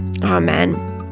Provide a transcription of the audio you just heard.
Amen